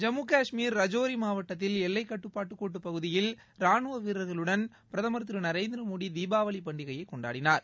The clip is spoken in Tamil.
ஜம்மு காஷ்மீர் ரஜோரி மாவட்டத்தில் எல்லைக்கோட்டுப் பகுதியில் ரானுவ வீரர்களுடன் பிரதமர் திரு நரேந்திரமோடி தீபாவளி பண்டிகையை கொண்டாடினார்